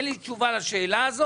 אין לי תשובה לשאלה הזאת